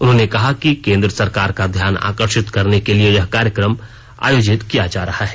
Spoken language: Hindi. उन्होंने कहा कि केन्द्र सरकार का ध्यान आकर्षित करने के लिए यह कार्यक्रम आयोजित किया जा रहा है